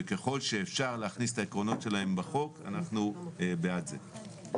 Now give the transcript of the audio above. וככל שאפשר להכניס את העקרונות שלהם בחוק אנחנו בעד זה.